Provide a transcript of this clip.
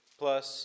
plus